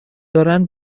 دارن